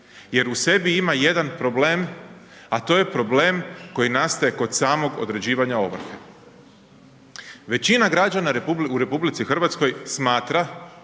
jer u sebi ima jedan problem a to je problem loji nastaje kod samog određivanja ovrhe. Većina građana u RH smatra